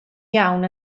iawn